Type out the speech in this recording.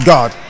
God